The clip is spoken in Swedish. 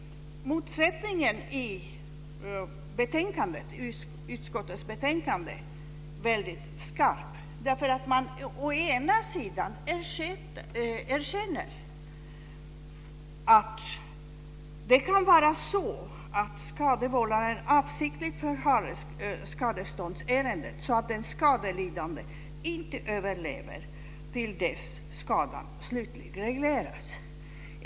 Motsättningen i utskottets betänkande är väldigt skarp. Å ena sidan erkänner man att skadevållaren avsiktligt förhalar skadeståndsprocessen så att den skadelidande inte överlever till dess att skadan slutligen regleras.